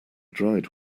dried